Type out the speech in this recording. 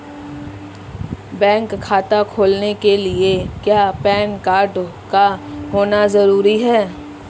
Bank खाता खोलने के लिए क्या पैन कार्ड का होना ज़रूरी है?